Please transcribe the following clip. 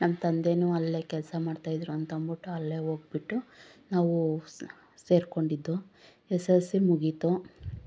ನಮ್ಮ ತಂದೆನೂ ಅಲ್ಲೇ ಕೆಲ್ಸ ಮಾಡ್ತಾ ಇದ್ರು ಅಂತ ಅಂದ್ಬಿಟ್ಟು ಅಲ್ಲೇ ಹೋಗಿಬಿಟ್ಟು ನಾವು ಸೇರಿಕೊಂಡಿದ್ದು ಎಸ್ ಎಲ್ ಸಿ ಮುಗೀತು